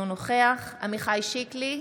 אינו נוכח עמיחי שיקלי,